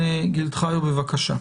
חיו, בבקשה.